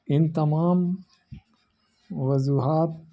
ان تمام وضوہات